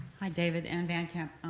hi david, anne van kamp,